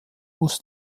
muss